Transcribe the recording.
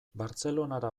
bartzelonara